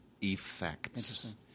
Effects